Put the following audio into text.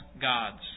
gods